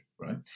right